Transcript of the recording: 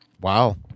Wow